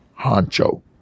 honcho